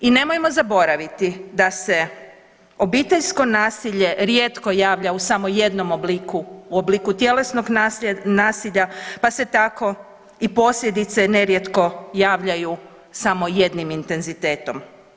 I nemojmo zaboraviti da se obiteljsko nasilje rijetko javlja u samo jednom obliku, u obliku tjelesnog nasilja, pa se tako i posljedice nerijetko javljaju samo jednim intenzitetom.